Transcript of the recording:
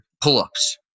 pull-ups